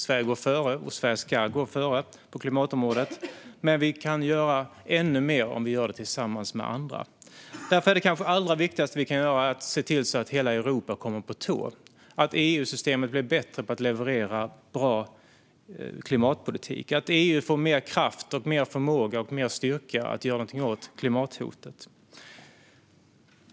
Sverige går före och ska gå före på klimatområdet. Men vi kan göra ännu mer om vi gör det tillsammans med andra. Därför är det kanske allra viktigaste vi kan göra att se till att hela Europa kommer på tå, att EU-systemet blir bättre på att leverera bra klimatpolitik och att EU får mer kraft, mer förmåga och mer styrka att göra något åt klimathotet.